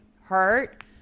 hurt